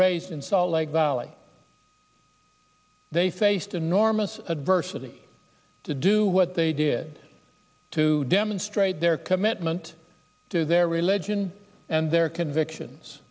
raised in salt lake valley they faced enormous adversity to do what they did to demonstrate their commitment to their religion and their convictions